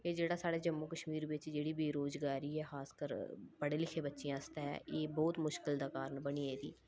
एह् जेह्ड़ा साढ़ै जम्मू कश्मीर बिच्च जेह्ड़ी बेरोजगारी ऐ खासकर पढ़े लिखे बच्चें आस्तै एह् बौह्त मुश्कल दा कारण बनी गेदी